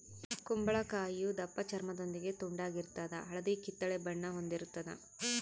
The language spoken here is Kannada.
ಕುಂಬಳಕಾಯಿಯು ದಪ್ಪಚರ್ಮದೊಂದಿಗೆ ದುಂಡಾಗಿರ್ತದ ಹಳದಿ ಕಿತ್ತಳೆ ಬಣ್ಣ ಹೊಂದಿರುತದ